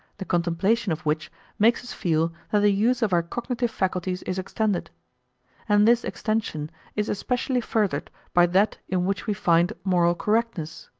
the contemplation of which makes us feel that the use of our cognitive faculties is extended and this extension is especially furthered by that in which we find moral correctness,